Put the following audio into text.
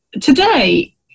today